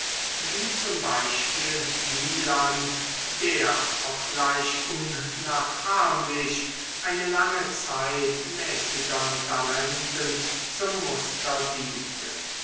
wie z b wieland der obgleich unnachahmlich eine lange zeit mäßigern talenten zum muster diente